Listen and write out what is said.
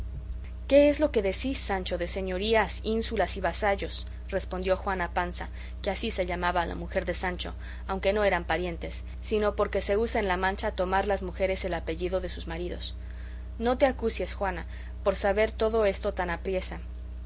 qué es lo que decís sancho de señorías ínsulas y vasallos respondió juana panza que así se llamaba la mujer de sancho aunque no eran parientes sino porque se usa en la mancha tomar las mujeres el apellido de sus maridos no te acucies juana por saber todo esto tan apriesa